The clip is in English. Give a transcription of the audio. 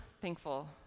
thankful